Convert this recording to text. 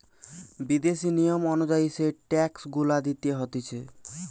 বিদেশি নিয়ম অনুযায়ী যেই ট্যাক্স গুলা দিতে হতিছে